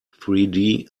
three